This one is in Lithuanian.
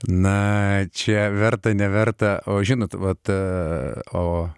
na čia verta neverta o žinot vata o